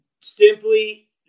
simply